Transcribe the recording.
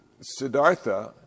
siddhartha